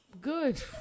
Good